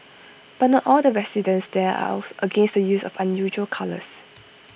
but not all the residents there are against the use of unusual colours